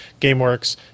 GameWorks